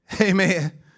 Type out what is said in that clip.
Amen